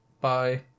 bye